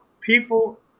people